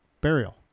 burial